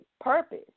purpose